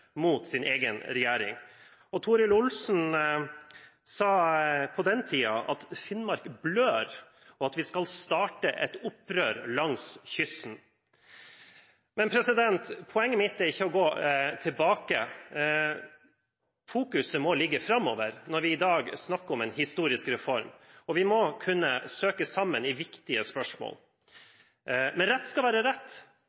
mot sin egen regjering. Finnmark blør, sa Toril Olsen på den tiden og varslet et opprør langs hele kysten. Men poenget mitt er ikke å gå tilbake. Fokuset må være framover når vi i dag snakker om en historisk reform. Vi må kunne søke sammen i viktige